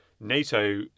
NATO